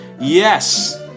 Yes